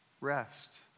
rest